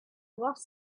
was